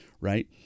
Right